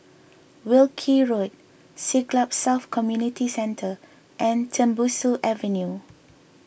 Wilkie Road Siglap South Community Centre and Tembusu Avenue